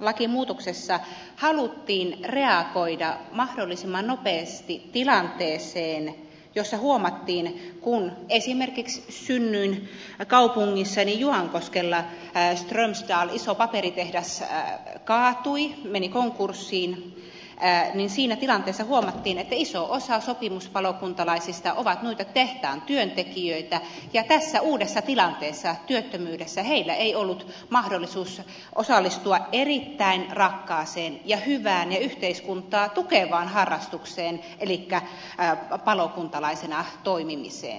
lakimuutoksessa haluttiin reagoida mahdollisimman nopeasti tilanteeseen jossa esimerkiksi synnyinkaupungissani juankoskella strömsdal iso paperitehdas kaatui meni konkurssiin ja siinä tilanteessa huomattiin että iso osa sopimuspalokuntalaisista on noita tehtaan työntekijöitä ja tässä uudessa tilanteessa työttömyydessä heillä ei ollut mahdollisuutta osallistua erittäin rakkaaseen ja hyvään ja yhteiskuntaa tukevaan harrastukseen elikkä palokuntalaisena toimimiseen